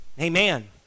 Amen